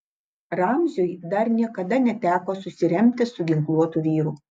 ramziui dar niekada neteko susiremti su ginkluotu vyru